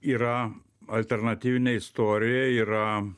yra alternatyvininė istorija yra